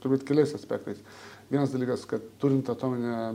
turbūt keliais aspektais vienas dalykas kad turint atominę